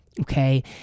okay